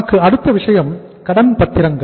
நமக்கு அடுத்த விஷயம் கடன்பத்திரங்கள்